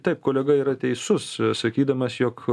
taip kolega yra teisus sakydamas jog